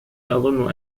أظن